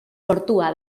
sortua